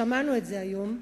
שמענו את זה היום.